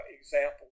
Example